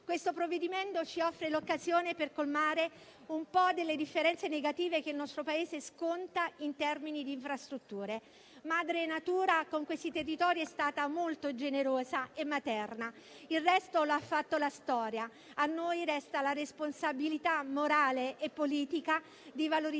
Questo provvedimento ci offre l'occasione per colmare un po' delle differenze negative che il nostro Paese sconta in termini di infrastrutture. Madre natura con questi territori è stata molto generosa e materna; il resto lo ha fatto la storia. A noi resta la responsabilità morale e politica di valorizzare